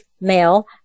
male